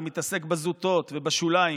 אתה מתעסק בזוטות ובשוליים.